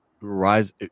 rise